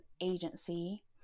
agency